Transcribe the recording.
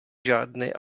žádné